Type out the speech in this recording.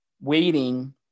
waiting